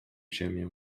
ziemię